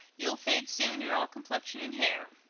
you'll fade soon you're all complexion and hair.